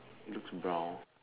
looks brown